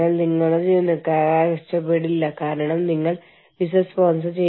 അതിനാൽ ആരെങ്കിലും നിങ്ങളോട് അത് പറഞ്ഞാൽ ഇതിനകം തന്നെ നിങ്ങൾക്ക് ഈ ജോലി ആവശ്യമാണെങ്കിൽ നിങ്ങൾ എന്ത് പറയും